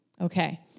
Okay